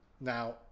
Now